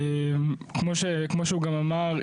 כמו שהוא גם אמר,